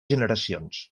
generacions